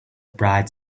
bright